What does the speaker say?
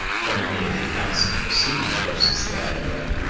from any of the accounts of preceding eclipses that i had read,